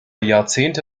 jahrzehnte